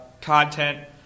content